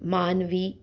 मानवी